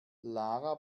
lara